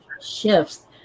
shifts